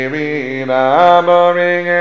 remembering